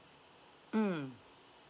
mm